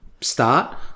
Start